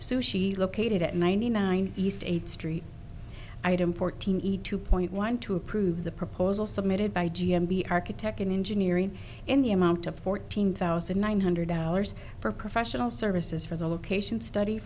sushi located at ninety nine east eighth street item fourteen eat two point one two approve the proposal submitted by g m be architect in engineering in the amount of fourteen thousand nine hundred dollars for professional services for the location study